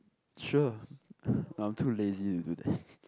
sure I'm too lazy to do that